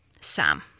Sam